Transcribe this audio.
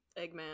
Eggman